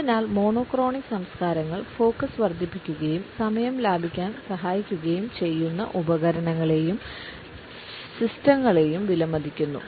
അതിനാൽ മോണോക്രോണിക് സംസ്കാരങ്ങൾ ഫോക്കസ് വർദ്ധിപ്പിക്കുകയും സമയം ലാഭിക്കാൻ സഹായിക്കുകയും ചെയ്യുന്ന ഉപകരണങ്ങളെയും സിസ്റ്റങ്ങളെയും വിലമതിക്കുന്നു